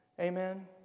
Amen